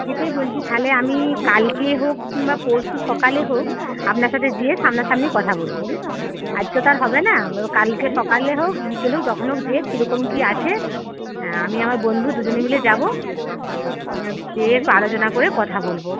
সেটাই বলছি তাহলে আমি কালকে হোক কিংবা পরশু সকালে হোক আপনার সাথে যেয়ে সামনা সামনি কথা বলবো আজকে তো আর হবে না কালকে সকালে হোক বিকেলে হোক যখন হোক যেয়ে কীরকম কী আছে হ্যাঁ আমি আমার বন্ধু দুজনে মিলে যাবো যেয়ে একটু আলোচনা করে কথা বলবো